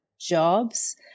jobs